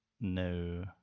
No